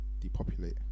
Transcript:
depopulate